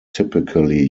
typically